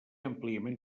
àmpliament